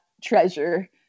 treasure